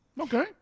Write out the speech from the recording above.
Okay